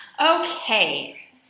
okay